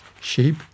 sheep